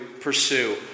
pursue